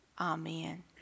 Amen